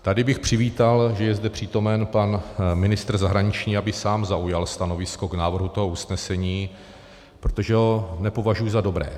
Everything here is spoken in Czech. Tady bych přivítal, že je zde přítomen pan ministr zahraničí, aby sám zaujal stanovisko k návrhu toho usnesení, protože ho nepovažuji za dobré.